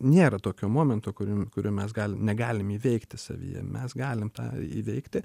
nėra tokio momento kuriam kurio mes gal negalim įveikti savyje mes galim tą įveikti